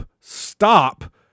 stop